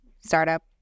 startup